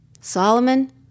Solomon